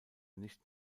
nicht